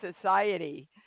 society